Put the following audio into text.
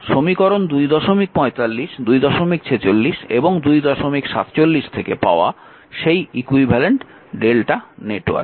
সমীকরণ 245 246 এবং 247 থেকে পাওয়া সেই ইকুইভ্যালেন্ট Δ নেটওয়ার্ক